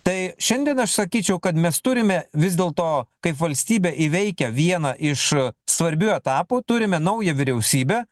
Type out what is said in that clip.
tai šiandien aš sakyčiau kad mes turime vis dėlto kaip valstybė įveikę vieną iš svarbių etapų turime naują vyriausybę